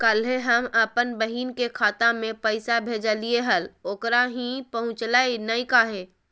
कल्हे हम अपन बहिन के खाता में पैसा भेजलिए हल, ओकरा ही पहुँचलई नई काहे?